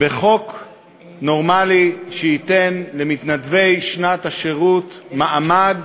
בחוק נורמלי, שייתן למתנדבי שנת השירות מעמד